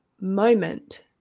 moment